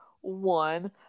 one